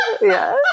Yes